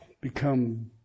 become